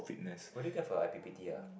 what did you get for your I_P_P_T ah